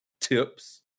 tips